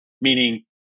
Meaning